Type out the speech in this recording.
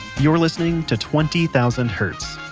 you're listening to twenty thousand hertz.